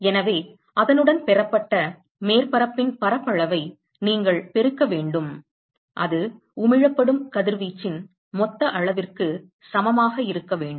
எனவே அதனுடன் பெறப்பட்ட மேற்பரப்பின் பரப்பளவை நீங்கள் பெருக்க வேண்டும் அது உமிழப்படும் கதிர்வீச்சின் மொத்த அளவிற்கு சமமாக இருக்க வேண்டும்